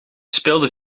speelde